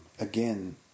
again